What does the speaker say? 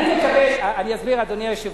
אני אסביר, אדוני היושב-ראש.